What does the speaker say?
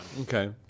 Okay